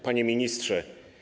Panie Ministrze!